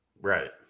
Right